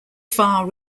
far